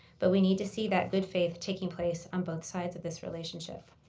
but we need to see that good faith taking place on both sides of this relationship.